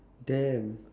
damn